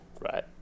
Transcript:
right